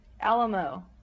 Alamo